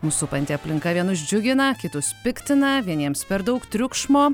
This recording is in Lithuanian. mus supanti aplinka vienus džiugina kitus piktina vieniems per daug triukšmo